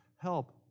help